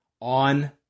on